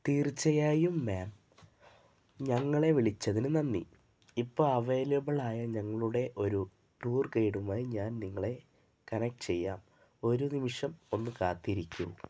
തീർച്ചയായും മാം ഞങ്ങളെ വിളിച്ചതിനു നന്ദി ഇപ്പോള് അവൈലബിളായ ഞങ്ങളുടെ ഒരു ടൂർ ഗൈഡുമായി ഞാൻ നിങ്ങളെ കണക്ട് ചെയ്യാം ഒരു നിമിഷം ഒന്നു കാത്തിരിക്കൂ